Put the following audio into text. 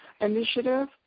initiative